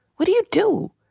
what do you do?